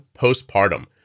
Postpartum